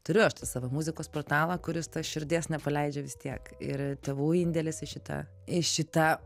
turiu aš tą savo muzikos portalą kuris tas širdies nepaleidžia vis tiek ir tėvų indėlis į šitą į šitą